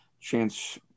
Chance